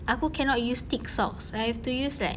aku cannot use thick socks I have to use like